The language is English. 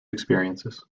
experiences